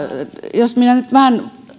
että minä nyt vähän